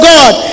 God